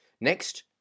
Next